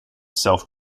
self